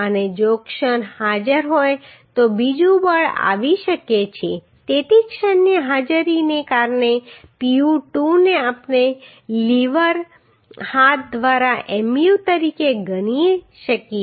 અને જો ક્ષણ હાજર હોય તો બીજું બળ આવી શકે છે તેથી ક્ષણની હાજરીને કારણે Pu2 ને આપણે લીવર હાથ દ્વારા Mu તરીકે ગણી શકીએ